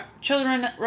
children